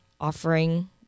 offering